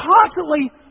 constantly